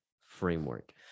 framework